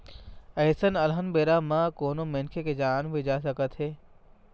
अइसन अलहन बेरा म कोनो मनखे के जान भी जा सकत हे